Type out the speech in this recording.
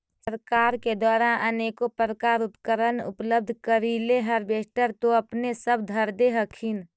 सरकार के द्वारा अनेको प्रकार उपकरण उपलब्ध करिले हारबेसटर तो अपने सब धरदे हखिन?